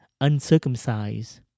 uncircumcised